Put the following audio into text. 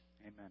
Amen